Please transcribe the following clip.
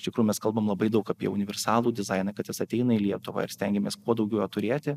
iš tikrųjų mes kalbam labai daug apie universalų dizainą kad jis ateina į lietuvą ir stengiamės kuo daugiau jo turėti